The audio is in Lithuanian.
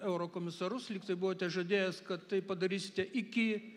eurokomisarus lyg tai buvote žadėjęs kad tai padarysite iki